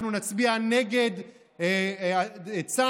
אנחנו נצביע נגד הצעד,